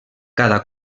cada